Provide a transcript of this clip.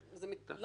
אבל זה לא